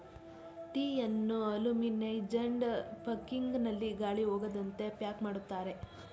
ಟೀಯನ್ನು aluminized packing ನಲ್ಲಿ ಗಾಳಿ ಹೋಗದಂತೆ ಪ್ಯಾಕ್ ಮಾಡಿರುತ್ತಾರೆ